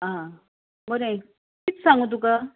आ बरें कित सांगू तुका